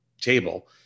table